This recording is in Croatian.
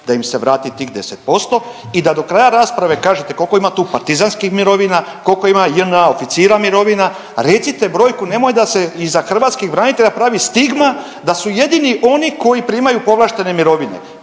da im se vrati tih 10% i da do kraja rasprave kažete kolko ima tu partizanskih mirovina, kolko ima JNA oficira mirovina, recite brojku, nemoj da se iza hrvatskih branitelja pravi stigma da su jedini oni koji primaju povlaštene mirovine,